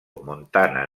montana